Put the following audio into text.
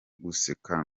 guseka